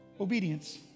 Obedience